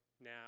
Now